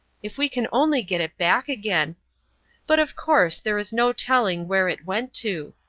if we can only get it back again but of course there is no telling where it went to.